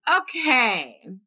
Okay